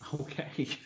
Okay